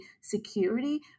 security